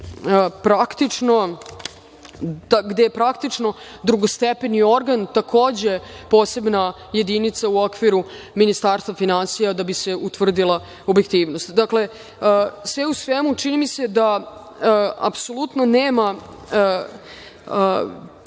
zakona gde je praktično drugostepeni organ takođe posebna jedinica u okviru Ministarstva finansija da bi se utvrdila objektivnost. Dakle, sve u svemu čini mi se da apsolutno nema